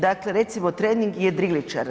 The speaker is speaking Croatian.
Dakle, recimo trening jedriličara.